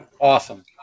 Awesome